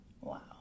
Wow